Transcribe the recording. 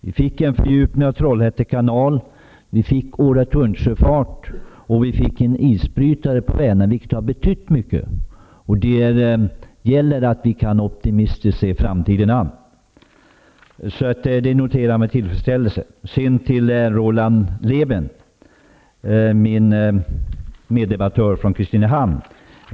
Vi fick en fördjupning av Trollhätte kanal, vi fick året-runtsjöfart och vi fick en isbrytare på Vänern, vilket har betytt mycket. Det gäller att vi optimistiskt kan se framtiden an. Så det noterar jag med tillfredsställelse. Så några ord till Roland Lében, min meddebattör från Kristinehamn.